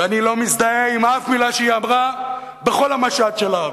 ואני לא מזדהה עם אף מלה שהיא אמרה בכל המשט שלה,